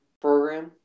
program